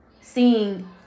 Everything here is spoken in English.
seeing